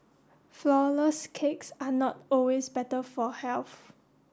flour less cakes are not always better for health